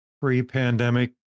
pre-pandemic